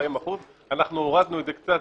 40% - אנחנו הורדנו את זה קצת.